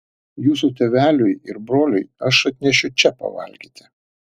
jūsų tėveliui ir broliui aš atnešiu čia pavalgyti